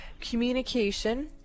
communication